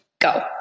Go